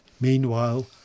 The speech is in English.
Meanwhile